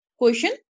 Question